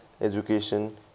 education